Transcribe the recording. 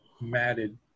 matted